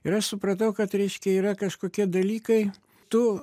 ir aš supratau kad reiškia yra kažkokie dalykai tu